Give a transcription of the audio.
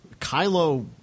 kylo